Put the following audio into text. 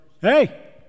Hey